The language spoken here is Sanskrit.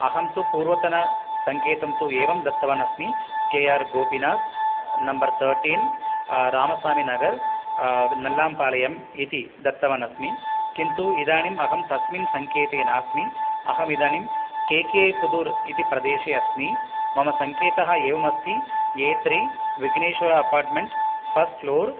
अहं तु पूर्वतनसङ्केतं तु एवं दत्तवानस्मि K R Gopinath number thirteen Ramaswamy Nagar Nallampalayam इति दत्तवान् अस्मि किन्तु इदानीं अहं तस्मिन् सङ्केते नास्मि अहमिदानीं केके पुदूर् इति प्रदेशे अस्मि मम सङ्केतः एवमस्ति A three Vigneshwara apartment first floor